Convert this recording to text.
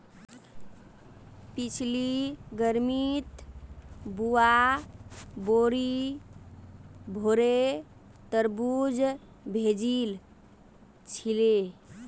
पिछली गर्मीत बुआ बोरी भोरे तरबूज भेजिल छिले